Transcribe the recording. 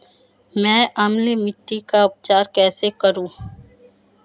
मैं अम्लीय मिट्टी का उपचार कैसे करूं?